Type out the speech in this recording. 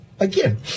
Again